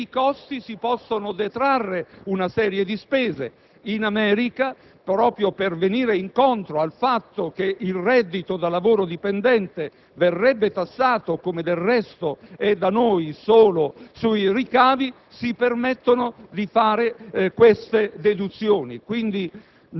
tra costi e ricavi e nei costi si possono detrarre una serie di spese. È proprio per venire incontro al fatto che il reddito da lavoro dipendente verrebbe tassato, come del resto da noi, solo sui ricavi, che negli Stati Uniti